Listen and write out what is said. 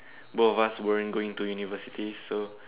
both of us were going in university so